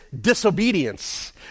disobedience